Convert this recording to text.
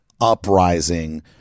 uprising